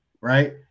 right